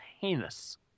heinous